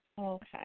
Okay